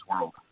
world